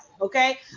Okay